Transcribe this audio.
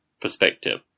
perspective